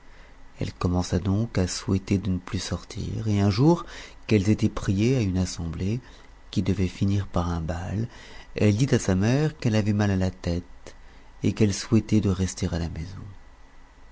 elle commença donc à souhaiter de ne plus sortir et un jour qu'elles étaient priées à une assemblée qui devait finir par un bal elle dit à sa mère qu'elle avait mal à la tête et qu'elle souhaitait de rester à la maison